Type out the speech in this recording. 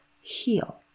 heal